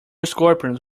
scorpions